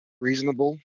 reasonable